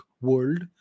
world